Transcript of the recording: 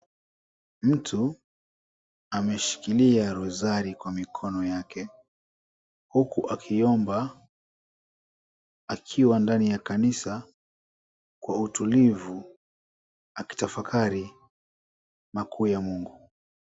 Mtu ameshikilia rozari kwa mikono yake huku akiomba akiwa ndani ya kanisa kwa utulivu akitafakari makuu ya Mungu.